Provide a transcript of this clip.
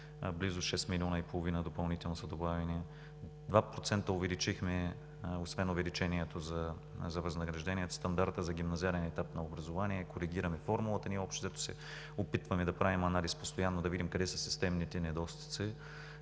близо 6,5 милиона допълнително са добавени. Два процента увеличихме, освен увеличението за възнагражденията, стандарта за гимназиален етап на образование, коригираме формулата. Общо взето, се опитваме да правим анализ постоянно, да видим къде е системният недостиг.